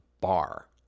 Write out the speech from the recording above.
Bar